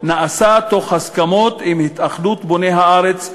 נעשה תוך הסכמות עם התאחדות בוני הארץ,